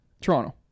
Toronto